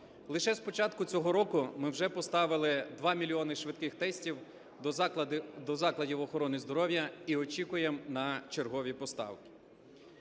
Лише з початку цього року ми вже поставили 2 мільйони швидких тестів до закладів охорони здоров'я і очікуємо на чергові поставки.